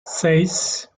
seis